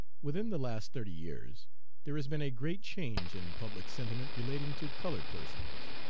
within the last thirty years there has been a great change in public sentiment relating to colored persons.